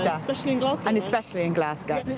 ah especially in glasgow. and especially in glasgow.